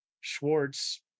Schwartz